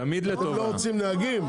אתם לא רוצים נהגים?